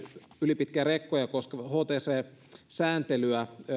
ylipitkiä rekkoja koskevaa hct sääntelyä